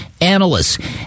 analysts